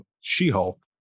She-Hulk